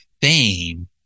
fame